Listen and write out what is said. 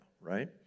right